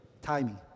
timing